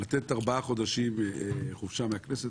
לתת ארבעה חודשים חופשה מהכנסת,